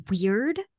weird